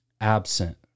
absent